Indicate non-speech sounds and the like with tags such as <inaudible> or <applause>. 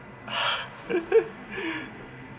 <laughs>